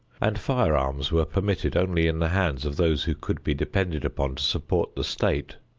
and firearms were permitted only in the hands of those who could be depended upon to support the state.